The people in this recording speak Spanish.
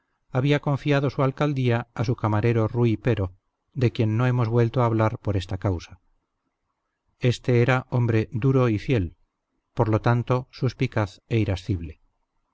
había confiado su alcaldía a su camarero rui pero de quien no hemos vuelto a hablar por esta causa éste era hombre duro y fiel por lo tanto suspicaz e irascible